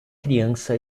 criança